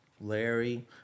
Larry